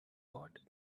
hot